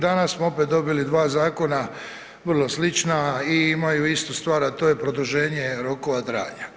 Danas smo opet dobili dva zakona vrlo slična i imaju istu stvar a to je produženje rokova trajanja.